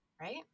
Right